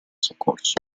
soccorso